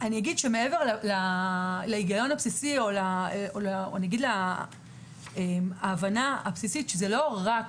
מעבר להיגיון הבסיסי או ההבנה הבסיסית שזה לא רק